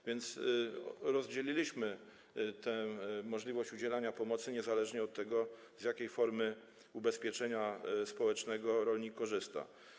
A więc rozdzieliliśmy możliwość udzielania pomocy - niezależnie od tego, z jakiej formy ubezpieczenia społecznego rolnik korzysta.